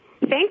Thank